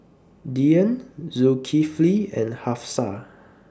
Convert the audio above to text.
Dian Zulkifli and Hafsa